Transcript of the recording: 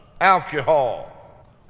alcohol